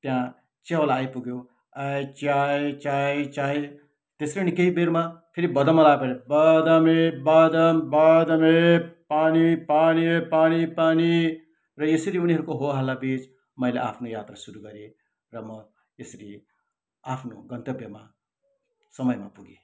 त्यहाँ चियावाला आइपुग्यो ए चाय चाय चाय त्यसरी नै कही बेरमा फेरि बदमवाला आइपऱ्यो बदम ए बदम बदम ए पानी पानी पानी पानी र यसरी उनीहरूको होहल्ला बिच मैले आफ्नो यात्रा सुरु गरेँ र म यसरी आफ्नो गन्तव्यमा समयमा पुगेँ